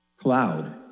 cloud